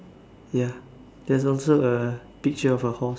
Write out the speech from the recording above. ya there's also a picture of a horse